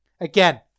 Again